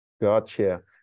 gotcha